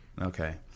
Okay